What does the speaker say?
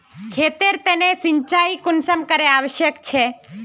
खेतेर तने सिंचाई कुंसम करे आवश्यक छै?